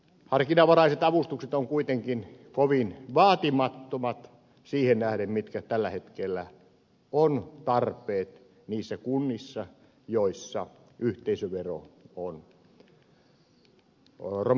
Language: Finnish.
harkinnanvaraiset avustukset ovat kuitenkin kovin vaatimattomat siihen nähden mitkä tällä hetkellä ovat tarpeet niissä kunnissa joissa yhteisövero on romahtanut alas